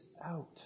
out